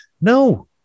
No